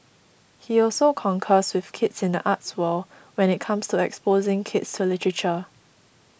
he also concurs with kids in the arts world when it comes to exposing kids to literature